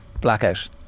blackout